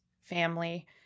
family